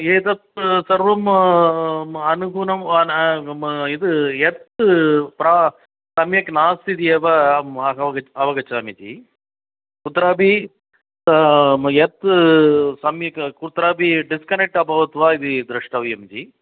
एतत् सर्वम् अनुगुणं एतत् प्रा सम्यक् नास्ति इति एव अहम् अव अवगच्छामि जि कुत्रापि यत् सम्यक् कुत्रापि डिस्कनेक्ट् अभवत् वा इति द्रष्टव्यं जि